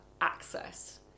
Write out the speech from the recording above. access